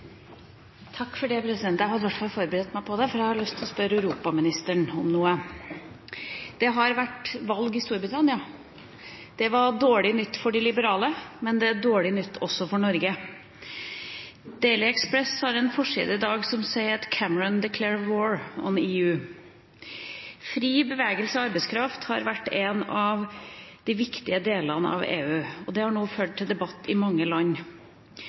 Jeg hadde i hvert fall forberedt meg på det, for jeg har lyst til å spørre europaministeren om noe. Det har vært valg i Storbritannia. Det var dårlig nytt for de liberale, men det er dårlig nytt også for Norge. Daily Express har en forside i dag som sier: «Cameron declares war on EU». Fri bevegelse av arbeidskraft har vært en av de viktige delene av EU. Det har nå ført til debatt i mange land.